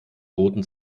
roten